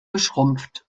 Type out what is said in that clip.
geschrumpft